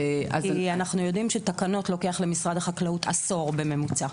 כי אנחנו יודעים שתקנות לוקח למשרד החקלאות עשור בממוצע.